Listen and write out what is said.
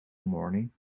morning